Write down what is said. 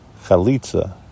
Chalitza